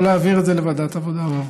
או להעביר את זה לוועדת העבודה והרווחה.